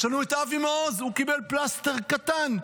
יש לנו את אבי מעוז, הוא קיבל פלסטר קטן,